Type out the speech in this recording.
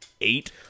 eight